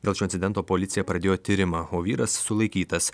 dėl šio incidento policija pradėjo tyrimą o vyras sulaikytas